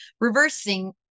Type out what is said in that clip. reversing